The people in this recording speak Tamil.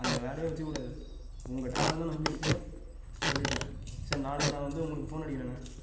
அந்த வேலையே வச்சுக்கக்கூடாது உங்க டிராவல்தான் நம்பியிருக்கு சொல்லிட்டேன் ஸோ நாளைக்கு நான் வந்து உங்களுக்கு ஃபோன் அடிக்கிறேண்ணே